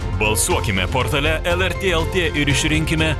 balsuokime portale lrt lt ir išrinkime